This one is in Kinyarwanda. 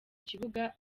kibuga